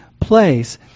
place